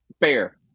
Fair